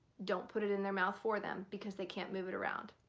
don't put it in their mouth for them because they can't move it around.